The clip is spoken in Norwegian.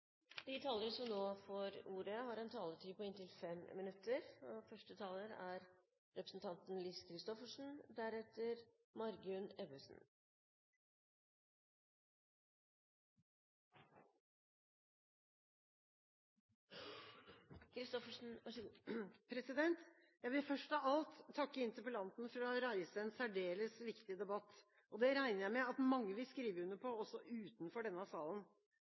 de flinkeste sjåførene på norske veier, ikke bare dem som er billigst og uten kompetanse. Jeg vil først av alt takke interpellanten for å ha reist en særdeles viktig debatt. Det regner jeg med at mange vil skrive under på, også utenfor denne salen.